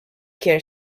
care